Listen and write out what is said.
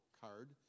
card